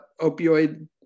opioid